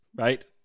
right